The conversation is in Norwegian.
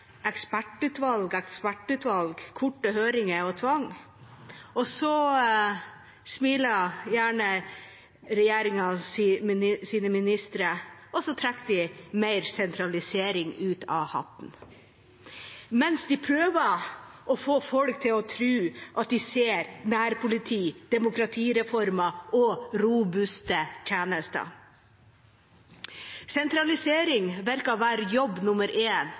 ekspertutvalg, ekspertutvalg, korte høringer og tvang. Og så smiler gjerne regjeringens ministre og trekker mer sentralisering ut av hatten mens de prøver å få folk til å tro at de ser nærpoliti, demokratireformer og «robuste» tjenester. Sentralisering virker å være jobb nummer